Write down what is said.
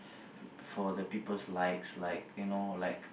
for the people's likes like you know like